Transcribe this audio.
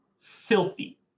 filthy